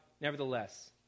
nevertheless